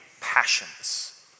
passions